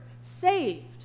saved